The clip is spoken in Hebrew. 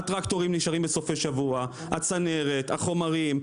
הטרקטורים נשארים בסופי שבוע, הצנרת והחומרים.